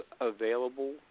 available